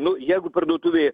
nu jeigu parduotuvėje